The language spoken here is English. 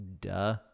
Duh